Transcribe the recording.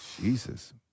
jesus